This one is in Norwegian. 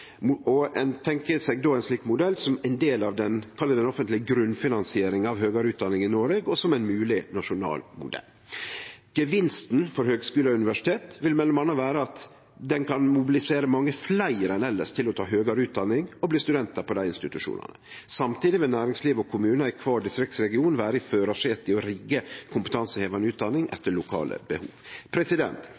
Ein tenkjer seg då ein slik modell som ein del av det ein kan kalle den offentlege grunnfinansieringa av høgare utdanning i Noreg, og som ein mogleg nasjonal modell. Gevinsten for høgskular og universitet vil m.a. vere at han kan mobilisere mange fleire enn elles til å ta høgare utdanning og bli studentar på dei institusjonane. Samtidig vil næringsliv og kommunar i kvar distriktsregion vere i førarsetet i å rigge kompetansehevande utdanning etter lokale behov.